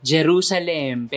Jerusalem